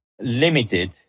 limited